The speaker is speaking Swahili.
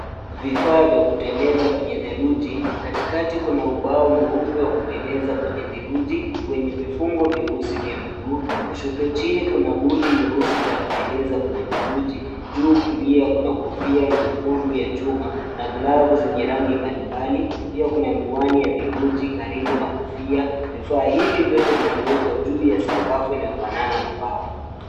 Vifaa vya kuteleza kwenye theluji, katikati kuna ubao mweupe wa kuteleza kwenye theluji, wenye vifungo vyeusi vya miguu, kushoto chini kuna buti nyeusi za kuteleza kwenye theluji. Juu kulia kuna kofia nyekundu ya chuma na glavu zenye rangi mbalimbali. Pia kuna miwani ya theluji karibu na kofia. Vifaa hivi vyote vimewekwa juu ya sakafu inayofanana na mbao.